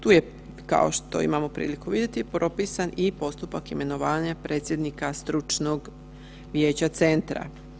Tu je kao što imamo priliku i vidjeti propisan i postupak imenovanja predsjednika stručnog vijeća centra.